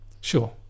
Sure